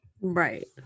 Right